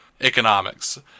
economics